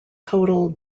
total